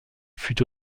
fut